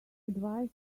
advice